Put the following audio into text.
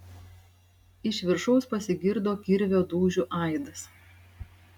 iš viršaus pasigirdo kirvio dūžių aidas